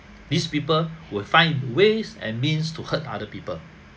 these people would find ways and means to hurt other people